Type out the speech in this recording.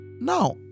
Now